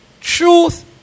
Truth